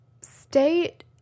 state